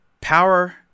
power